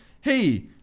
Hey